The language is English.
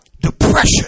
depression